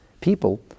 People